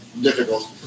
difficult